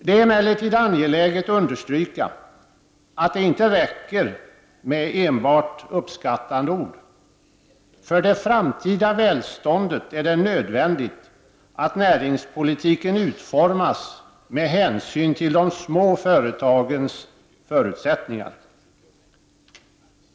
Det är emellertid angeläget att understryka att det inte räcker med enbart uppskattande ord. För det framtida välståndet är det nödvändigt att näringspolitiken utformas med hänsyn till de små företagens förutsättningar.